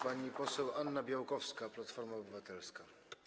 Pani poseł Anna Białkowska, Platforma Obywatelska.